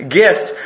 gift